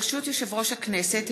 ברשות יושב-ראש הכנסת,